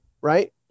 right